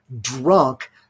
drunk